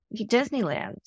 Disneyland